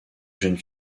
jeune